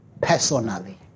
personally